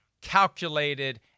calculated